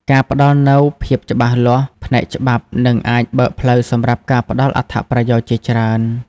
ការផ្តល់នូវភាពច្បាស់លាស់ផ្នែកច្បាប់ និងអាចបើកផ្លូវសម្រាប់ការផ្តល់អត្ថប្រយោជន៍ជាច្រើន ។